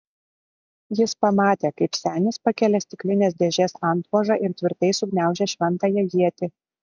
jis pamatė kaip senis pakelia stiklinės dėžės antvožą ir tvirtai sugniaužia šventąją ietį